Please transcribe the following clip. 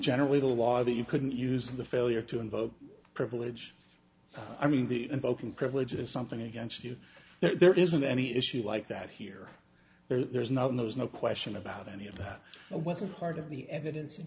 generally the law that you couldn't use the failure to invoke privilege i mean the invoking privilege is something against you there isn't any issue like that here there's nothing there was no question about any of that and wasn't part of the evidence in